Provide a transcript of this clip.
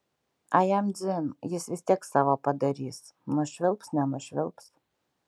a jam dzin jis vis tiek savo padarys nušvilps nenušvilps